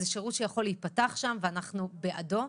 זה שירות שיכול להיפתח שם ואנחנו בעדו.